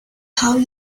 how